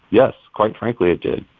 yes. quite frankly, it did.